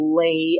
lay